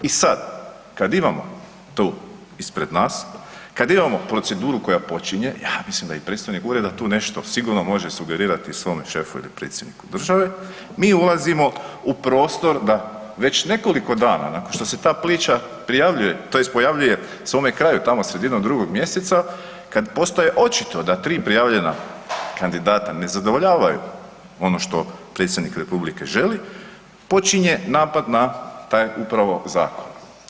I sad kad imamo to ispred nas, kad imamo proceduru koja počinje, a mislim da i predstojnik Ureda tu nešto sigurno može sugerirati svome šefu ili predsjedniku države, mi ulazimo u prostor da već nekoliko dana nakon što se ta priča prijavljuje, tj. pojavljuje svome kraju, tamo sredinom 2. mj., kad postaje očito da 3 prijavljena kandidata ne zadovoljavaju ono što predsjednik republike želi, počinje napad na taj upravo zakon.